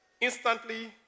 instantly